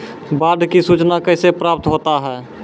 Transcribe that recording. बाढ की सुचना कैसे प्राप्त होता हैं?